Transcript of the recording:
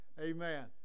Amen